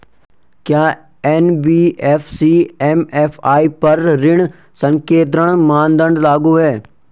क्या NBFC MFI पर ऋण संकेन्द्रण मानदंड लागू हैं?